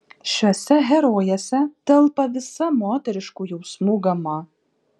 šiose herojėse telpa visa moteriškų jausmų gama